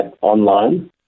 online